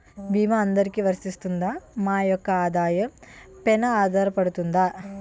భీమా అందరికీ వరిస్తుందా? మా యెక్క ఆదాయం పెన ఆధారపడుతుందా?